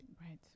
Right